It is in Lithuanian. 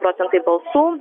procentai balsų